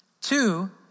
Two